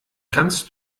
kannst